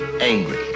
angry